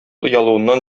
оялуыннан